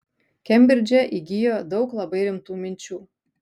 kembridže įgijo daug labai rimtų minčių